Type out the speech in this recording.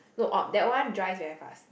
no or that one dry very fast